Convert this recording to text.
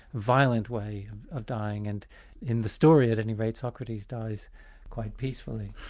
violent way of dying, and in the story at any rate, socrates dies quite peacefully.